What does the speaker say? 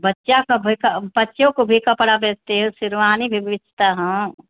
बच्चा बच्चों को भी कपड़ा बेचती हूँ शेरवानी भी बेचता हूँ